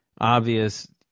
obvious